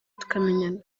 tukamenyana